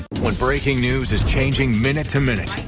one breaking news is changing minute to minute.